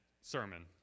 sermon